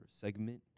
segment